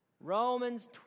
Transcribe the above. Romans